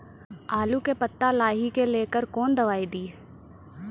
आलू के पत्ता लाही के लेकर कौन दवाई दी?